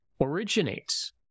originates